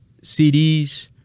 CDs